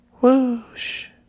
whoosh